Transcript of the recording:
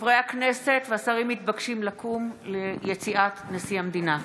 חברי הכנסת והשרים מתבקשים לקום ליציאת נשיא המדינה.